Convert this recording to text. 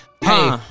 Hey